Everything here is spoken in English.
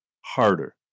harder